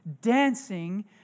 dancing